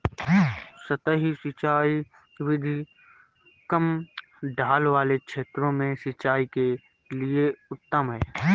सतही सिंचाई विधि कम ढाल वाले क्षेत्रों में सिंचाई के लिए उत्तम है